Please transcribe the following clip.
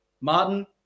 Martin